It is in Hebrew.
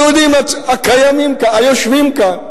היהודים היושבים כאן.